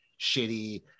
shitty